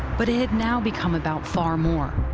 but it'd now become about far more.